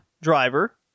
driver